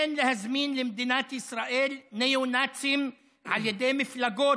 אין להזמין למדינת ישראל ניאו-נאצים על ידי מפלגות,